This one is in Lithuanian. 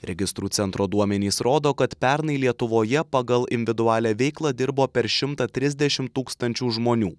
registrų centro duomenys rodo kad pernai lietuvoje pagal individualią veiklą dirbo per šimtą trisdešimt tūkstančių žmonių